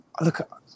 look